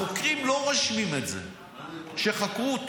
החוקרים לא רושמים את זה שחקרו אותו.